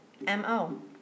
MO